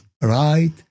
right